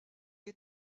est